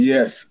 Yes